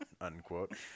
unquote